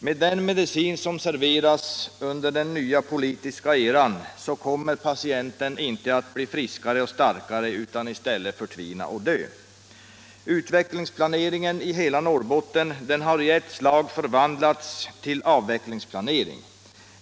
Med den medicin som nu serveras under den nya politiska eran kommer patienten inte att bli friskare och starkare utan i stället att förtvina och dö. Utvecklingsplaneringen i hela Norrbotten har i ett slag förvandlats till avvecklingsplanering.